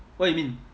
what you mean